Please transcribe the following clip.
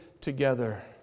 together